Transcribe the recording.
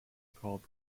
called